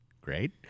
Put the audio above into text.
Great